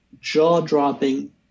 jaw-dropping